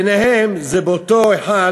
ביניהם אותו אחד